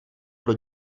pro